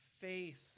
faith